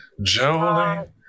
Jolene